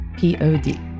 Pod